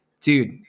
dude